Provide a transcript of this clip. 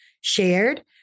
shared